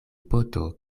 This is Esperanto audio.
poto